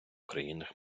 країнах